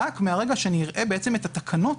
רק מהרגע שנראה את התקנות